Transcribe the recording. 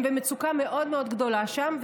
הם במצוקה מאוד מאוד גדולה שם,